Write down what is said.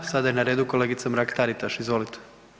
Sada je na redu kolegica Mrak-Taritaš, izvolite.